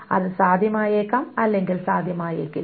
അത് സാധ്യമായേക്കാം അല്ലെങ്കിൽ സാധ്യമായേക്കില്ല